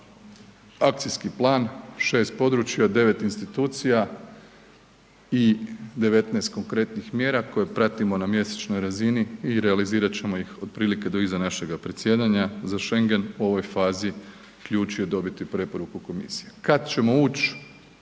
akcijski plan 6 područja, 9 institucija i 19 konkretnih mjera koje pratimo na mjesečnoj razini i realizirat ćemo ih otprilike do iza našega predsjedanja. Za schengen u ovoj fazi ključ je dobiti preporuku komisije. Kad ćemo uć,